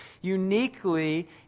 uniquely